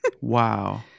Wow